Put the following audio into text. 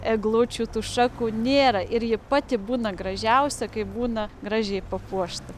eglučių tų šakų nėra ir ji pati būna gražiausia kai būna gražiai papuošta